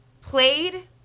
played